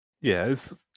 Yes